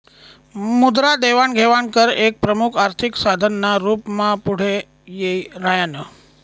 मुद्रा देवाण घेवाण कर एक प्रमुख आर्थिक साधन ना रूप मा पुढे यी राह्यनं